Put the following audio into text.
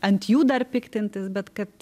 ant jų dar piktintis bet kad